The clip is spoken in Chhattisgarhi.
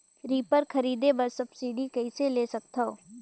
रीपर खरीदे बर सब्सिडी कइसे ले सकथव?